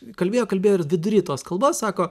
kalbėjo kalbėjo ir vidury tos kalbos sako